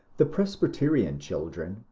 the presbyterian children,